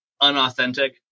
unauthentic